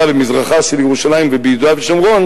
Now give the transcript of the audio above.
במזרחה של ירושלים וביהודה ושומרון,